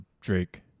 Drake